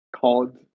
called